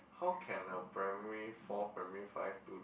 how can a primary four primary five student